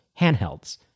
handhelds